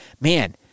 man